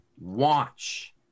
watch